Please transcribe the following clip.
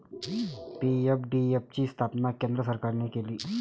PFDF ची स्थापना केंद्र सरकारने केली